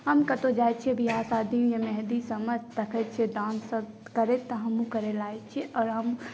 हम कतहुँ जाइ छी बिआह शादीमे मेहन्दी सभमे देखै छियै डान्स सभ करैत तऽ हमहुँ करै लागै छी